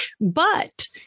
but-